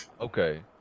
okay